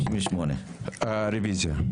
רוויזיה.